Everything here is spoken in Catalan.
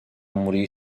morir